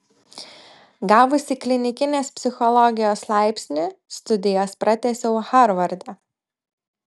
gavusi klinikinės psichologijos laipsnį studijas pratęsiau harvarde